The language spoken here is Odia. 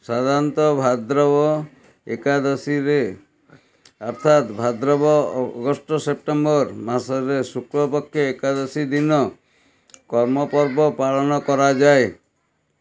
ସାଧାରଣତଃ ଭାଦ୍ରବ ଏକାଦଶୀରେ ଅର୍ଥାତ ଭାଦ୍ରବ ଅଗଷ୍ଟ ସେପ୍ଟେମ୍ବର ମାସରେ ଶୁକ୍ଳପକ୍ଷ ଏକାଦଶୀ ଦିନ କର୍ମ ପର୍ବ ପାଳନ କରାଯାଏ